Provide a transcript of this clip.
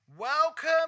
Welcome